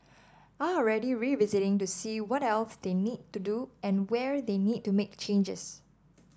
are already revisiting to see what else they need to do and where they need to make changes